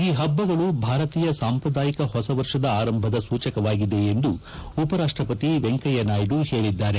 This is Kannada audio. ಈ ಹಬ್ಲಗಳು ಭಾರತೀಯ ಸಾಂಪ್ರದಾಯಿಕ ಹೊಸ ವರ್ಷದ ಆರಂಭದ ಸೂಚಕವಾಗಿದೆ ಎಂದು ಉಪರಾಷ್ಲಪತಿ ವೆಂಕಯ್ಯ ನಾಯ್ದು ಹೇಳಿದ್ದಾರೆ